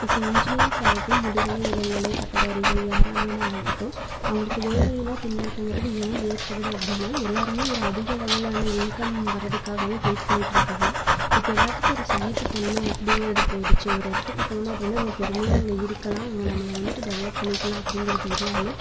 இப்போ இன்ஜினியர்ஸ் ஆகட்டும் முதுகலை இளங்கலை பட்டதாரிகள் யாராக வேணா ஆகட்டும் அவங்களுக்கு வேலையில்லா திண்டாட்டங்கிறது ஏன் ஏற்படுது அப்படின்னா எல்லாருமே ஒரு அதிகளவிலான இன்கம் வரதுக்காகவே வெயிட் பண்ணிகிட்டுருக்காங்க இப்போ எல்லாத்துக்கும் ஒரு சகிப்புத் தன்மை அப்படிங்கிறது போய்டுச்சு ஒரு இடத்துக்கு போனோம் அப்படின்னா நம்ம பொறுமையாக அங்கே இருக்கலாம் அங்கே நம்மளை வந்துட்டு டெவலப் பண்ணிக்கலாம் அப்படிங்கிறது இல்லாமல்